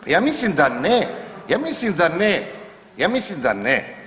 Pa ja mislim da ne, ja mislim da ne, ja mislim da ne.